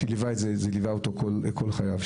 זה ליווה אותו כל חייו.